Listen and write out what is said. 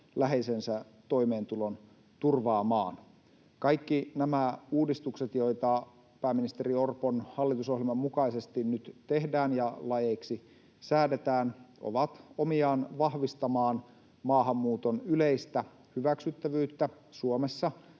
läheisensä toimeentulon turvaamaan. Kaikki nämä uudistukset, joita pääministeri Orpon hallitusohjelman mukaisesti nyt tehdään ja laeiksi säädetään, ovat omiaan vahvistamaan maahanmuuton yleistä hyväksyttävyyttä Suomessa.